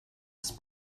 ist